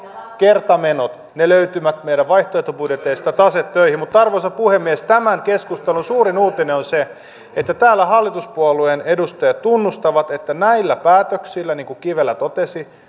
kertamenot ne löytyvät meidän vaihtoehtobudjeteistamme tase töihin mutta arvoisa puhemies tämän keskustelun suurin uutinen on se että täällä hallituspuolueen edustajat tunnustavat että näillä päätöksillä niin kuin kivelä totesi